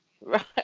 right